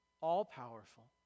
all-powerful